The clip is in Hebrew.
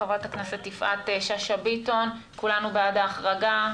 חברת הכנסת יפעת שאשא ביטון כולנו בעד ההחרגה.